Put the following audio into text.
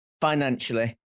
financially